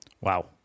Wow